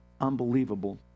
unbelievable